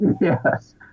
Yes